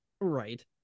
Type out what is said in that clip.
Right